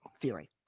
theory